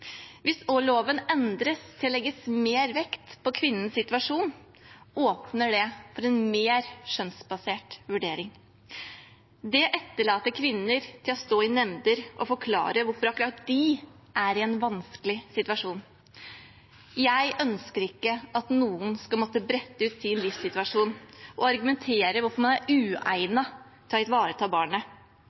Hvis loven endres til at det legges mer vekt på kvinnens situasjon, åpner det for en mer skjønnsbasert vurdering. Det etterlater kvinner til å stå i nemnder og forklare hvorfor akkurat de er i en vanskelig situasjon. Jeg ønsker ikke at noen skal måtte brette ut sin livssituasjon og argumentere for hvorfor man er uegnet til å ivareta barnet.